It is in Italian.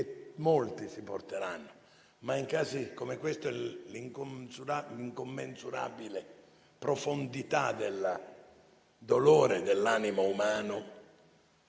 molti si porteranno, ma in casi come questo l'incommensurabile profondità del dolore dell'animo umano